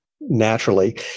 naturally